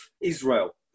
Israel